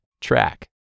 track